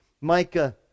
Micah